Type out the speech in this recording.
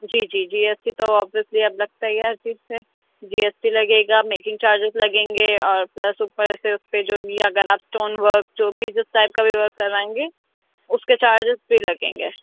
جی جی جی G S T تو اوبیسلی اب لگتا ہی ہے ہر چیز پہ جی ایس ٹی لگے گا میکنگ چارجز لگیں گے اور پلس اوپر سے اس پہ جو بھی اگر آپ اسٹون ورک جو بھی جس ٹائپ کا بھی ورک کرائیں گے اس کے چارجز بھی لگیں گے